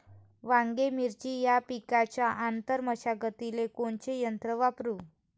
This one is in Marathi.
वांगे, मिरची या पिकाच्या आंतर मशागतीले कोनचे यंत्र वापरू?